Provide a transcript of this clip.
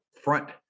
front